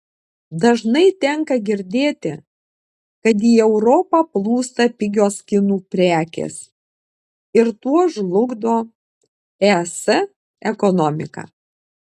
dažnai tenka girdėti kad į europą plūsta pigios kinų prekės ir tuo žlugdo es ekonomiką